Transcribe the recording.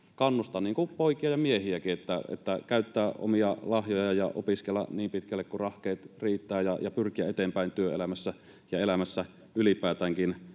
kuin poikia ja miehiäkin, että käyttää omia lahjojaan ja opiskelee niin pitkälle kuin rahkeet riittävät ja pyrkii eteenpäin työelämässä ja elämässä ylipäätäänkin.